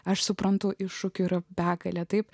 aš suprantu iššūkių yra begalė taip